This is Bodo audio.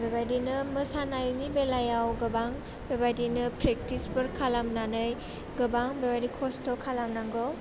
बेबायदिनो मोसानायनि बेलायाव गोबां बेबायदिनो प्रेकटिसफोर खालामनानै गोबां बेबायदि खस्थ' खालामनांगौ